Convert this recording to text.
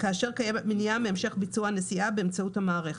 כאשר קיימת מניעה מהמשך ביצוע נסיעה באמצעות המערכת.